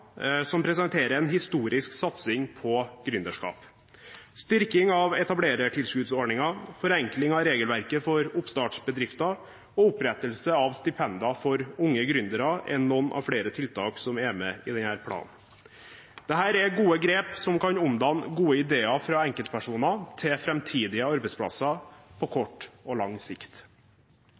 som presenterer en historisk satsing på gründerskap. Styrking av etablerertilskuddsordningen, forenkling av regelverket for oppstartsbedrifter og opprettelse av stipender for unge gründere er noen av flere tiltak som er med i denne planen. Dette er gode grep som kan omdanne gode ideer fra enkeltpersoner til framtidige arbeidsplasser, på kort og lang sikt.